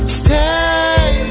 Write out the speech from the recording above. stay